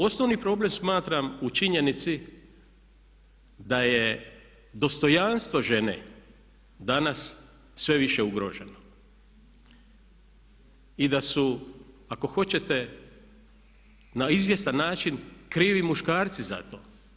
Osnovni problem smatram u činjenici da je dostojanstvo žene danas sve više ugroženo i da su ako hoćete na izvjestan način krivi muškarci za to.